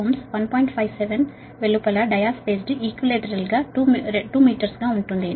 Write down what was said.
57 వెలుపల నామినల్ పద్ధతి లో ఉపయోగిస్తే డయా స్పేస్డ్ ఈక్విలేటరల్ 2 మీటర్స్ గా ఉంటుంది